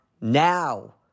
now